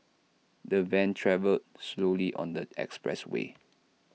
the van travelled slowly on the expressway